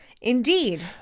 indeed